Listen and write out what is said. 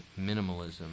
minimalism